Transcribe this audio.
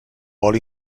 vol